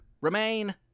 remain